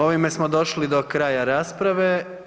Ovime smo došli do kraja rasprave.